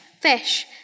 fish